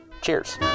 Cheers